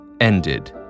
ended